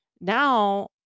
now